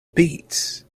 beats